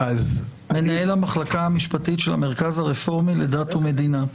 מנהל המחלקה המשפטית של המרכז הרפורמי לדת ומדינה.